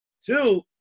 Two